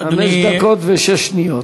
חמש דקות ושש שניות.